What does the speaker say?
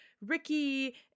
Ricky